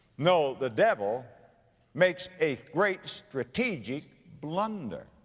no, the devil makes a great strategic blunder.